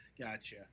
gotcha